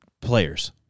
players